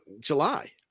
july